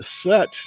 set